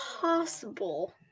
possible